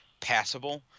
passable